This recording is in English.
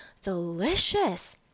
delicious